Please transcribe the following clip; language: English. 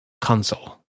console